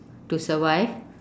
to survive